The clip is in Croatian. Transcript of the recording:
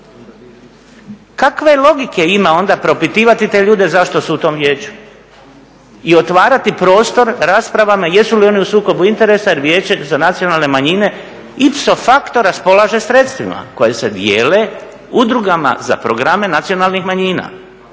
kakve logike ima onda propitivati te ljude zašto su u tom vijeću i otvarati prostor raspravama jesu li oni u sukobu interesa jer Vijeće za nacionalne manjine ipso factora raspolaže sredstvima koje se dijele udrugama za programe nacionalnih manjina.